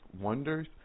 wonders